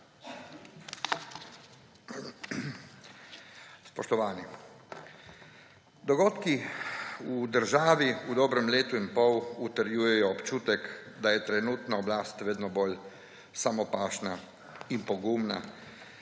Spoštovani! Dogodki v državi v dobrem letu in pol utrjujejo občutek, da je trenutna oblast vedno bolj samopašna in pogumna.